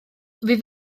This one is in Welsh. fydd